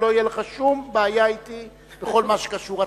ולא תהיה לך שום בעיה אתי בכל מה שקשור.